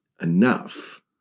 enough